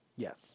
Yes